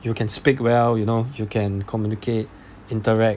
you can speak well you know you can communicate interact